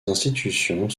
institutions